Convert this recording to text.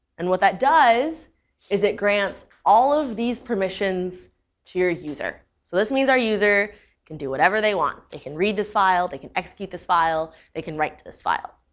and what that does is it grants all of these permissions to your user. so this means our user can do whatever they want. they can read this file. they can execute this file. they can write to this file.